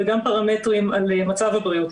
וגם פרמטרים על מצב הבריאות,